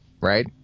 Right